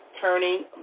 turning